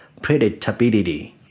predictability